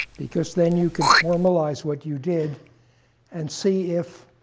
because then you can formalize what you did and see if